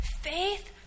Faith